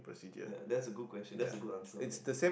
ya that's a good question that's a good answer man